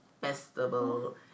Festival